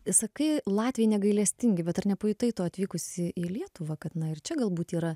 sakai latviai negailestingi bet ar nepajutai to atvykusi į lietuvą kad na ir čia galbūt yra